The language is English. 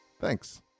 Thanks